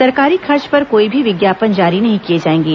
सरकारी खर्च पर कोई भी विज्ञापन जारी नहीं किए जाएंगे